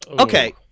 Okay